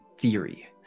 theory